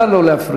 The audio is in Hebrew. נא לא להפריע.